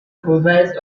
provides